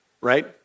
right